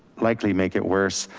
likely make it worse.